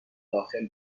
داخل